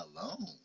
alone